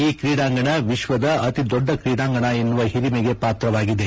ಈ ಕ್ರೀಡಾಂಗಣ ವಿಶ್ವದ ಅತಿ ದೊಡ್ಡ ಕ್ರೀಡಾಂಗಣ ಎನ್ನುವ ಹಿರಿಮೆಗೆ ಪಾತ್ರವಾಗಿದೆ